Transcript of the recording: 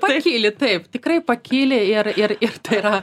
pakyli taip tikrai pakyli ir ir ir tai yra